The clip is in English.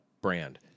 brand